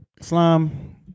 Slime